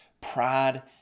Pride